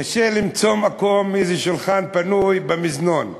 קשה למצוא מקום, איזה שולחן פנוי במזנון.